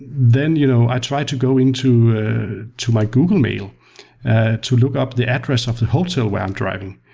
then, you know i try to go into to my google mail to look up the address of the hotel where i'm driving.